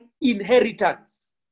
inheritance